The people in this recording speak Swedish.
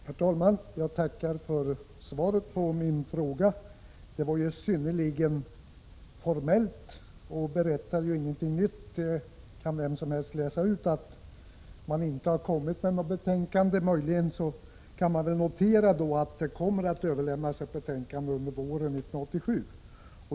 Herr talman! Jag tackar för svaret på min fråga. Det var ju synnerligen formellt och innehöll inget nytt. Vem som helst kan utläsa att utredningen inte har kommit med något betänkande. Möjligen kan man notera att ett betänkande kommer att avlämnas under våren 1987.